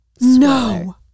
No